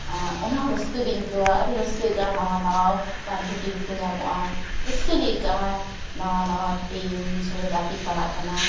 ᱚᱱᱟᱦᱚᱸ ᱨᱟᱹᱥᱠᱟᱹᱜᱤᱧ ᱟᱹᱭᱠᱟᱹᱣᱟ ᱟᱹᱰᱤ ᱨᱟᱹᱥᱠᱟᱹ ᱟᱹᱭᱠᱟᱹᱜᱼᱟ ᱱᱟᱣᱟ ᱱᱟᱣᱟ ᱵᱟᱱᱫᱷᱚᱵᱤ ᱠᱚᱠᱚ ᱧᱟᱢᱚᱜᱼᱟ ᱨᱟᱹᱥᱠᱟᱹ ᱜᱮ ᱟᱹᱭᱠᱟᱹᱜᱼᱟ ᱱᱟᱣᱟ ᱱᱟᱣᱟ ᱴᱤᱢ ᱥᱚᱸᱜᱮ ᱜᱟᱛᱮ ᱯᱟᱲᱟᱜ ᱠᱟᱱᱟ